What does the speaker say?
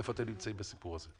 איפה אתם נמצאים בסיפור הזה?